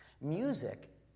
Music